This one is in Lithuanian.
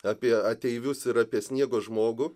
apie ateivius ir apie sniego žmogų